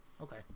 Okay